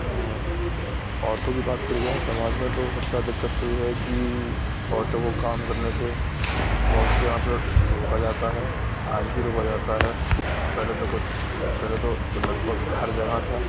عورتوں کی بات کری جائے سماج میں تو سب سے زیادہ دقت تو یہ ہے کہ عورتوں کو کام کرنے سے بہت سی جگہ پہ روکا جاتا ہے آج بھی روکا جاتا ہے پہلے تو کچھ پہلے تو لگ بھگ ہر جگہ تھا